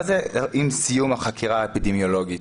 מה זה "עם סיום החקירה האפידמיולוגית"?